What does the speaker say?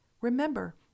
remember